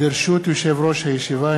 ברשות יושב-ראש הישיבה,